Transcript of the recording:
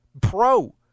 pro